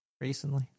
recently